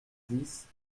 dix